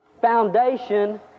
foundation